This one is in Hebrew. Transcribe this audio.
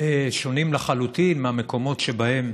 שונים לחלוטין מהמקומות שבהם